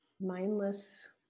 Mindless